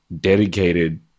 dedicated